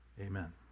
Amen